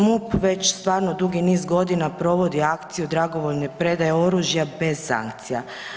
MUP već stvarno dugi niz godina provodi akciju dragovoljne predaje oružja bez sankcija.